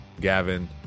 Gavin